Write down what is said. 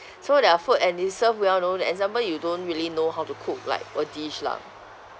so there are food and they serve well you know then example you don't really know how to cook like a dish lah